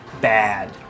Bad